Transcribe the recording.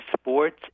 sports